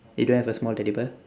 you don't have a small teddy bear